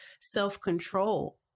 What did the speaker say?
self-control